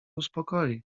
uspokoi